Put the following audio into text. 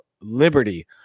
liberty